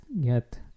get